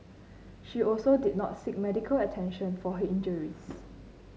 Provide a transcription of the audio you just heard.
she also did not seek medical attention for he injuries